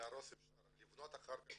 להרוס אפשר, לבנות אחר כך לא.